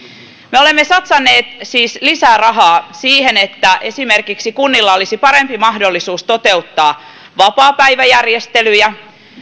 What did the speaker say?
me olemme satsanneet siis lisää rahaa siihen että esimerkiksi kunnilla olisi parempi mahdollisuus toteuttaa vapaapäiväjärjestelyjä